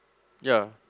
yea